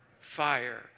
Fire